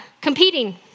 competing